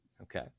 okay